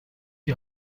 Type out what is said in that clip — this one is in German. die